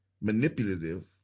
manipulative